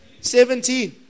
Seventeen